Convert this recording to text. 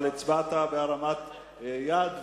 אבל הצבעת בהרמת יד,